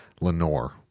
Lenore